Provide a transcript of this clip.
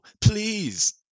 please